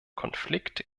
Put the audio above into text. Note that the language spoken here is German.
konflikt